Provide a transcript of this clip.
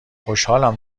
خوشحالم